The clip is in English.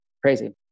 crazy